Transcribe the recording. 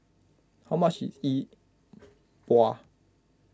how much is E Bua